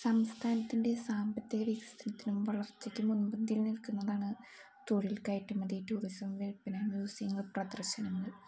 സംസ്ഥാനത്തിൻ്റെ സാമ്പത്തിക വികസനത്തിനും വളർച്ചക്കും മുൻപന്തിയിൽ നിൽക്കുന്നതാണ് തൊഴിൽ കയറ്റുമതി ടൂറിസം വിൽപ്പന മ്യൂസിയങ്ങൾ പ്രദർശനങ്ങൾ